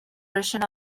version